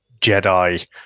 Jedi